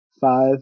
five